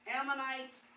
Ammonites